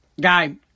Guy